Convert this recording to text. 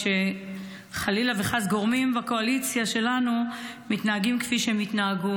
כשחלילה וחס גורמים בקואליציה שלנו מתנהגים כפי שהם התנהגו?